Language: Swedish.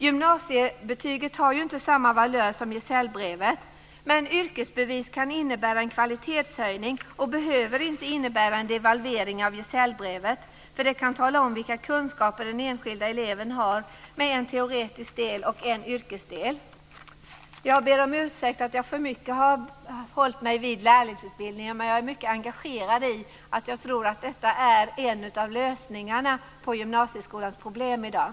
Gymnasiebetyget har inte samma valör som gesällbrevet, men yrkesbevis kan innebära en kvalitetshöjning och behöver inte innebära en devalvering av gesällbrevet, för det kan tala om vilka kunskaper den enskilda eleven har med en teoretisk del och en yrkesdel. Jag ber om ursäkt för att jag för mycket har uppehållit mig vid lärlingsutbildningar, men jag är mycket engagerad i detta. Jag tror att detta är en av lösningarna på gymnasieskolans problem i dag.